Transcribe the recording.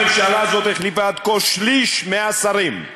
הממשלה הזו החליפה עד כה שליש מהשרים.